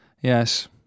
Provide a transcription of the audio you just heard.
Yes